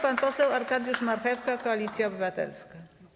Pan poseł Arkadiusz Marchewka, Koalicja Obywatelska.